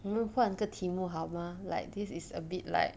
我们换个题目好吗 like this is a bit like